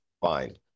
fine